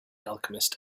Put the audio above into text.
alchemist